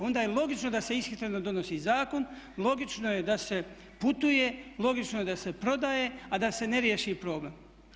Onda je logično da se ishitreno donosi zakon, logično je da se putuje, logično je da se prodaje, a da se ne riješi problem.